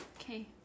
Okay